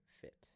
fit